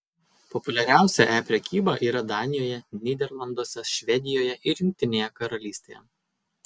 populiariausia e prekyba yra danijoje nyderlanduose švedijoje ir jungtinėje karalystėje